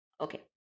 okay